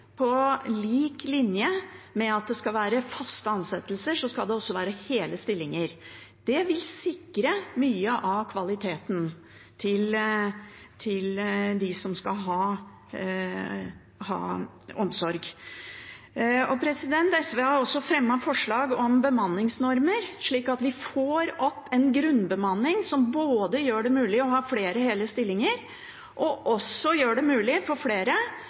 På lik linje med at det skal være faste ansettelser, skal det også være hele stillinger. Det vil sikre mye av kvaliteten overfor dem som skal ha omsorg. SV har også fremmet forslag om bemanningsnormer, slik at vi får opp en grunnbemanning som både gjør det mulig å ha flere hele stillinger og også gjør det mulig for flere